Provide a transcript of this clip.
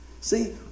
See